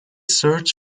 search